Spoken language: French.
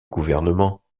gouvernement